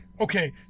Okay